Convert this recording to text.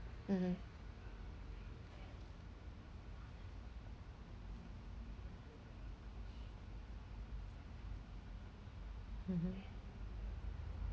mmhmm mmhmm